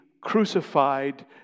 crucified